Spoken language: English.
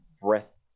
breath